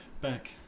back